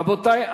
רבותי,